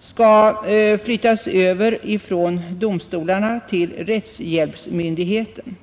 skall flyttas över från domstolarna till rättshjälpsmyndigheten.